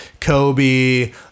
Kobe